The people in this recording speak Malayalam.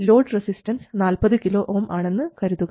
ലോഡ് റെസിസ്റ്റൻസ് 40 kΩ ആണെന്ന് കരുതുക